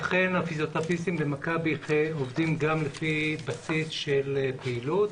אכן הפיזיותרפיסטים במכבי עובדים גם לפי בסיס של פעילות.